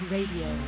Radio